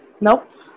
Nope